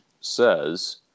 says